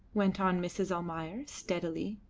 went on mrs. almayer, steadily,